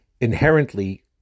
inherently